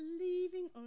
leaving